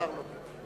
אבל השר לא פה.